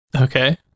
Okay